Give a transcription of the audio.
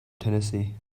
tennessee